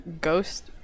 ghost